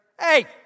hey